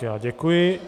Já děkuji.